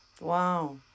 Wow